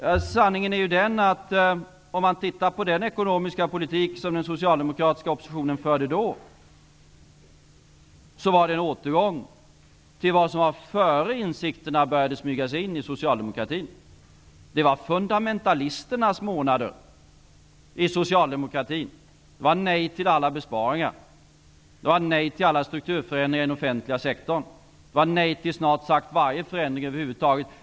Men sanningen är ju, om man tittar på den ekonomiska politik som den socialdemokratiska oppositionen då förde, att den innebar en återgång till vad som gällde innan insikterna började smyga sig in i socialdemokratin. Det var fundamentalisternas månader inom socialdemokratin. Då sade man nej till alla besparingar. Då sade man nej till alla strukturförändringar inom den offentliga sektorn. Då sade man nej till snart sagt varje förändring över huvud taget.